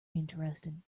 interesting